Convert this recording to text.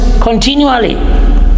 continually